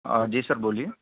جی sir بولیے